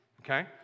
okay